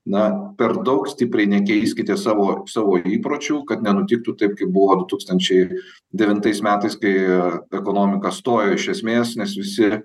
na per daug stipriai nekeiskite savo savo įpročių kad nenutiktų taip kaip buvo du tūkstančiai devintais metais kai ekonomika stojo iš esmės nes visi